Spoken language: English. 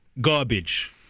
garbage